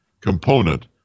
component